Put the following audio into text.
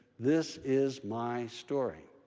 this is my story.